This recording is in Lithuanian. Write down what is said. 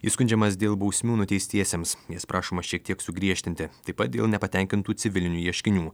jis skundžiamas dėl bausmių nuteistiesiems jas prašoma šiek tiek sugriežtinti taip pat dėl nepatenkintų civilinių ieškinių